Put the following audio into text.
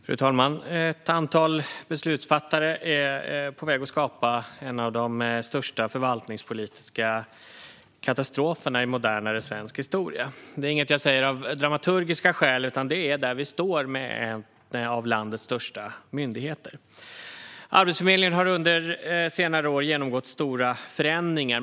Fru talman! Ett antal beslutsfattare är på väg att skapa en av de största förvaltningspolitiska katastroferna i modernare svensk historia. Det är inget som jag säger av dramaturgiska skäl, utan det är där vi står när det gäller en av landets största myndigheter. Arbetsförmedlingen har under senare år genomgått stora förändringar.